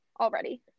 already